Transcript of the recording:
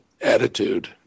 attitude